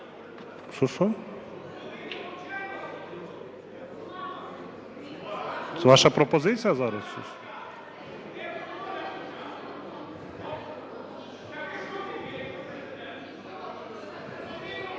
ваша пропозиція зараз,